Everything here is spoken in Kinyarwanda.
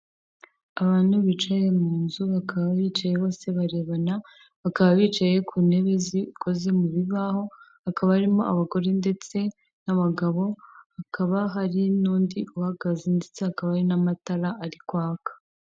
Abantu bicaye mu nzu bakaba bicaye bose barebana bakaba bicaye ku ntebe zikoze mu bibaho, hakaba harimo abagore ndetse n'abagabo, hakaba hari n'undi uhagaze ndetse hakaba hari n'amatara ari kwaka.